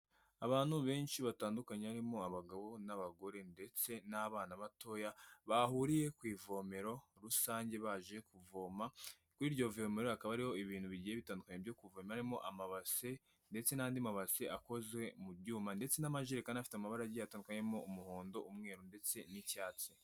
Abantu benshi batandukanye harimo abagabo n'abagore ndetse n'abana batoya bahuriye ku ivomero rusange baje kuvoma, kuri iryo vomero hakabaho ibintu bigiye bitandukanye byo kuvomeramo, harimo amabase ndetse n'andi mabase akoze mu byuma, ndetse n'amajerekakani afite amabara agiye atandukanye harimo umuhondo umweru ndetse n'icyatsi.